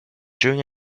during